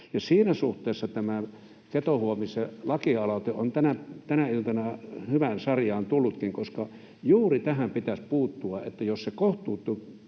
Siinä suhteessa tämä Keto-Huovisen lakialoite on tänä iltana hyvään sarjaan tullutkin, koska juuri tähän pitäisi puuttua, että jos se kohtuuttomuuksiin